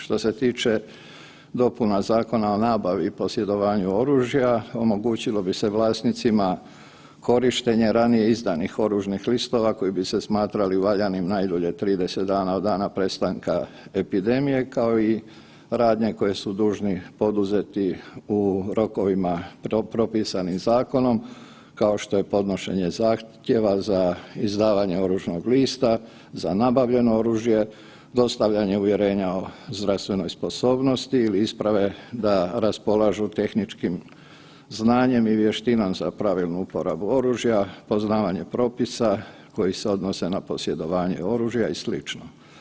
Što se tiče dopuna Zakona o nabavi i posjedovanju oružja omogućilo bi se vlasnicima korištenje ranije izdanih oružnih listova koji bi se smatrali valjanim najdulje 30 dana od dana prestanka epidemije kao i radnje koje su dužni poduzeti u rokovima propisanim zakonom, kao što je podnošenje zahtjeva za izdavanje oružanog lista za nabavljeno oružje, dostavljanje uvjerenja o zdravstvenoj sposobnosti ili isprave da raspolažu tehničkim znanjem i vještinom za pravilnu uporabu oružja, poznavanje propisa koji se odnose na posjedovanje oružja i sl.